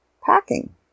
Packing